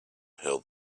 held